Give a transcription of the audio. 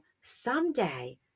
someday